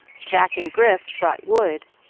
jack and grif brought wood,